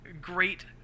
great